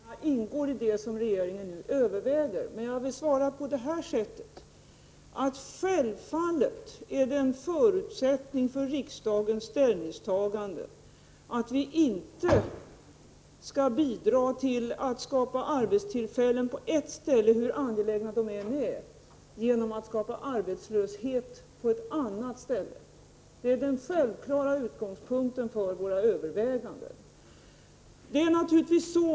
Herr talman! Det kan vi faktiskt inte göra av det skälet att även de frågorna ingår i det som regeringen nu överväger. Låt mig svara på följande sätt: Självfallet är det en förutsättning för riksdagens ställningstagande att vi inte skall bidra till att skapa arbetstillfällen på ett ställe — hur angelägna de arbetstillfällena än är — genom att skapa arbetslöshet på ett annat ställe. Det är den självklara utgångspunkten för våra överväganden.